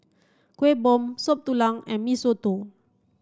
Kuih Bom Soup Tulang and Mee Soto